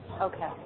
Okay